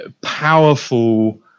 powerful